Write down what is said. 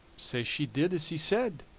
sae she did as he said,